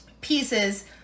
pieces